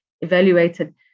evaluated